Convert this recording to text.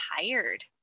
tired